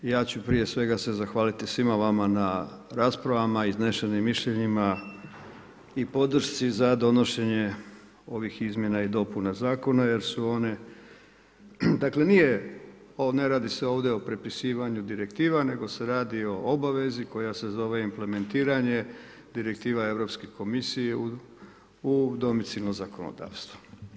Ja ću se prije svega zahvaliti svima vama na raspravama, iznešenim mišljenjima i podršci za donošenje ovih izmjena i dopuna zakona jer su one dakle ne radi se ovdje o prepisivanju direktiva nego se radi o obavezi koja se zove implementiranje direktiva Europske komisije u domicilno zakonodavstvo.